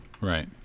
Right